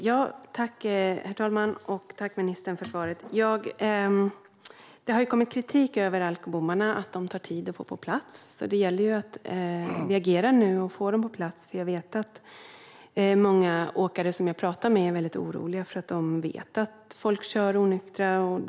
Herr talman! Jag tackar ministern för svaret. Det har kommit kritik mot alkobommarna - att det tar tid att få dem på plats. Det gäller alltså att vi agerar nu och får dem på plats. Många åkare jag pratar med är nämligen oroliga, för de vet att folk kör onyktra.